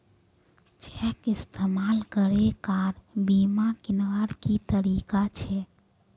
Cheque इस्तेमाल करे car बीमा कीन्वार की तरीका छे?